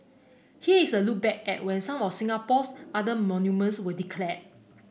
here is a look back at when some of Singapore's other monuments were declared